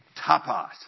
tapas